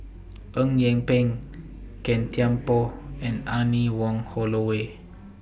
Eng Yee Peng Gan Thiam Poh and Anne Wong Holloway